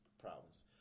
problems